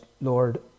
Lord